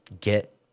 get